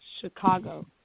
Chicago